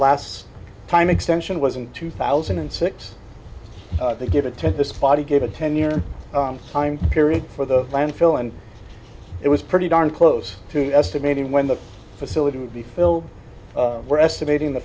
last time extension was in two thousand and six to give it to the spot he gave a ten year time period for the landfill and it was pretty darn close to estimating when the facility would be filled we're estimating the